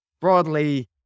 broadly